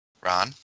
Ron